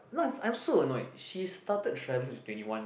no I'm I'm so annoyed she started travelling when she was twenty one